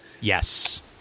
Yes